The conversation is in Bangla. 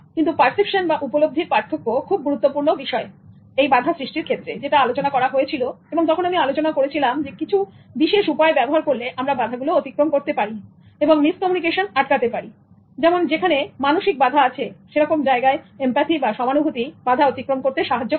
কিন্তু পার্সেপশন বা উপলব্ধির পার্থক্য খুব গুরুত্বপূর্ণ বিষয় এই বাধা সৃষ্টির ক্ষেত্রে যেটা আলোচনা করা হয়েছিল এবং তখন আমি আলোচনা করেছিলাম কিছু বিশেষ উপায় ব্যবহার করলে আমরা বাধাগুলো অতিক্রম করতে পারি এবং মিসকমিউনিকেশন আটকাতে পারি যেমন যেখানে মানসিক বাধাযেমন ভাষা আলাদা বা কালচার আলাদা ইত্যাদি আছে সেরকম জায়গায় এমপ্যাথি বা সমানুভূতি বাধা অতিক্রম করতে সাহায্য করে